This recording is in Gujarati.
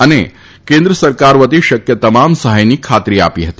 તમ્રણ કેન્દ્ર સરકાર વતી શક્ય તમામ સહાયની ખાતરી આપી હતી